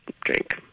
drink